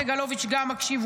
סגלוביץ' גם מקשיב,